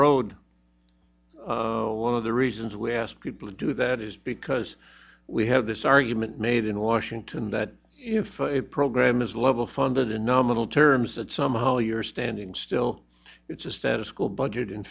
road one of the reasons we ask people to do that is because we have this argument made in washington that if a program is level funded in nominal terms that somehow you're standing still it's a status quo budget in